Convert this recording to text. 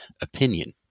opinion